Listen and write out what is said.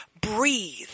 Breathe